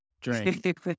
drink